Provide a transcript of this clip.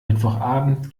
mittwochabend